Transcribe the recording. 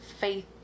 faith